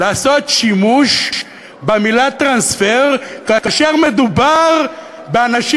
לעשות שימוש במילה טרנספר כאשר מדובר באנשים